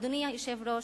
אדוני היושב-ראש,